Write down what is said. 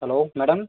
hello madam